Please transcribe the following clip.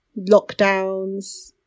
lockdowns